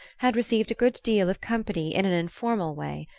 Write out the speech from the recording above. had received a good deal of company in an informal way.